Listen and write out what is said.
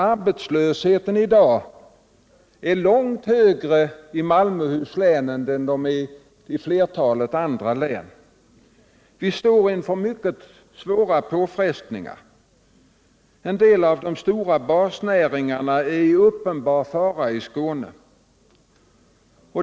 Arbetslösheten är i dag högre i Malmöhus län än i de flesta andra län i landet. Vi står inför mycket svåra påfrestningar. En del av de stora basnäringarna är i uppenbar fara i Skåne.